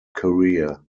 career